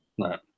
Right